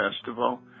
Festival